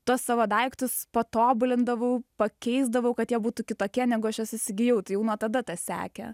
tuos savo daiktus patobulindavau pakeisdavau kad jie būtų kitokie neguaš juos įsigijau tai jau nuo tada tas sekė